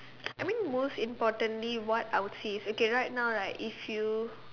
I mean most importantly what I will say is okay right now right if you